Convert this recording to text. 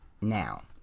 Now